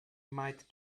might